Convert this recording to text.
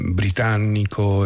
britannico